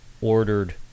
ordered